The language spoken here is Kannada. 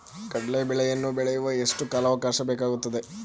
ಕಡ್ಲೆ ಬೇಳೆಯನ್ನು ಬೆಳೆಯಲು ಎಷ್ಟು ಕಾಲಾವಾಕಾಶ ಬೇಕಾಗುತ್ತದೆ?